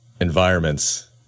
environments